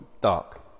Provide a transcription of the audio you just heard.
dark